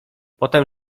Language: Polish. potem